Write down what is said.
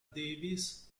davis